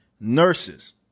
nurses